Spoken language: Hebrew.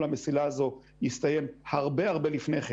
המסילה הזאת יסתיים הרבה הרבה לפני כן.